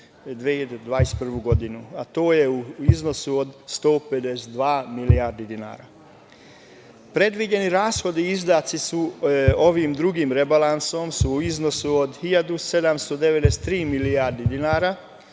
2021. godinu, a to je u iznosu od 152 milijarde dinara. Predviđeni rashodi i izdaci su ovim drugim rebalansom u iznosu od 1.793 milijardi dinara,